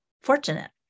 fortunate